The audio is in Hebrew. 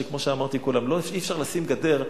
וכמו שאמרתי קודם: אי-אפשר לשים גדר.